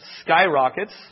skyrockets